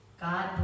God